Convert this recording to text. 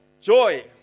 joy